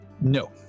No